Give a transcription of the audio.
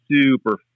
super